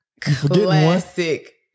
Classic